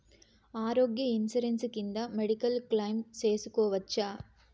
ఆరోగ్య ఇన్సూరెన్సు కింద medical claim సేసుకోవచ్చా?